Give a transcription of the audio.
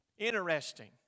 Interesting